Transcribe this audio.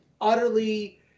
utterly